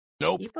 Nope